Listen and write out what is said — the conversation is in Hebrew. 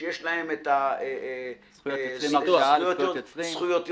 שיש להם הגנה על זכויות יוצרים,